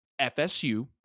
FSU